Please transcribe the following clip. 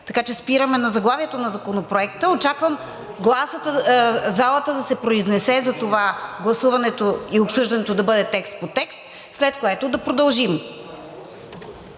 Така че спираме на заглавието на Законопроекта. Очаквам залата да се произнесе за това гласуването и обсъждането да бъде текст по текст, след което да продължим.